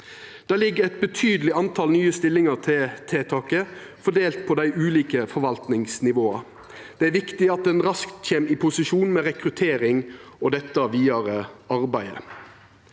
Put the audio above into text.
Det ligg eit betydeleg antal nye stillingar til tiltaket, fordelte på dei ulike forvaltningsnivåa. Det er viktig at ein raskt kjem i posisjon med rekruttering og det vidare arbeidet.